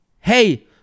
hey